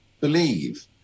believe